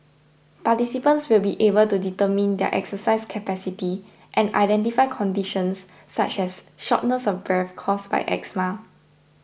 participants will be able to determine their exercise capacity and identify conditions such as shortness of breath caused by asthma